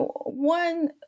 one